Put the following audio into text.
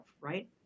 right